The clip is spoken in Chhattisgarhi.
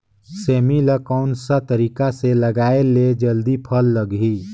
सेमी ला कोन सा तरीका से लगाय ले जल्दी फल लगही?